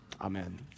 Amen